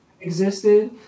existed